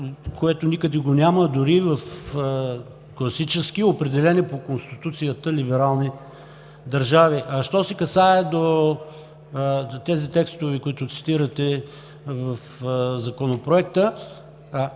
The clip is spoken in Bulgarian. което никъде го няма – дори и в класически, определени по Конституцията, либерални държави. Що се касае до тези текстове, които цитирате в Законопроекта.